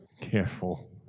Careful